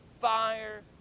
fire